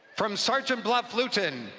from sergeant bluff-luton,